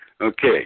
Okay